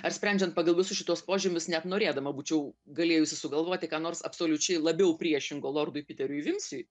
ar sprendžiant pagal visus šituos požymius net norėdama būčiau galėjusi sugalvoti ką nors absoliučiai labiau priešingo lordui piteriui vimsiui